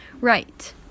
Right